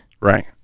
Right